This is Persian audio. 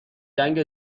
جنگ